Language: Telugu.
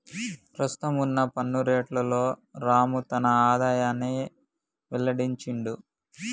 ప్రస్తుతం వున్న పన్ను రేట్లలోనే రాము తన ఆదాయాన్ని వెల్లడించిండు